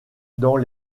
dans